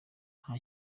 nta